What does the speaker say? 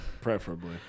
Preferably